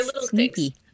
sneaky